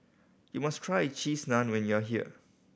you must try Cheese Naan when you are here